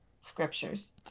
scriptures